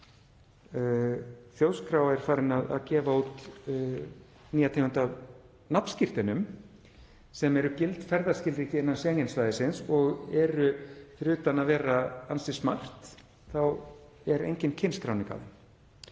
Þjóðskrá er farin að gefa út nýja tegund af nafnskírteinum sem eru gild ferðaskilríki innan Schengen-svæðisins og fyrir utan að vera ansi smart þá er engin kynskráning á þeim.